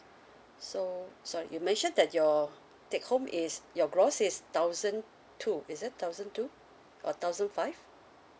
so sorry you mentioned that your take home is your gross is thousand two is it thousand two or thousand five